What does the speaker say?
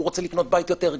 הוא רוצה לקנות בית יותר גדול.